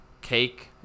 cake